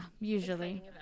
usually